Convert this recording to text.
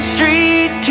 Street